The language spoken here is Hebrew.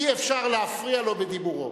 אי-אפשר להפריע לו בדיבורו.